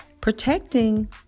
protecting